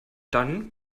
dann